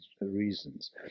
reasons